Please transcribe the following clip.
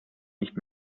nicht